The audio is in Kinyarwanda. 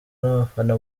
n’abafana